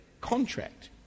contract